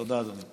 תודה, אדוני.